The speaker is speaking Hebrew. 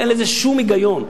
אין בזה שום היגיון.